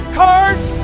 cards